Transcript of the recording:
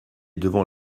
devant